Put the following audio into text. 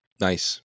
Nice